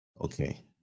okay